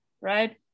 right